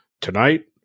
Tonight